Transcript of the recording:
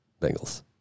Bengals